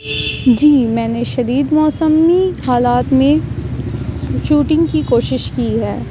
جی میں نے شدید موسم میں حالات میں شوٹنگ کی کوشش کی ہے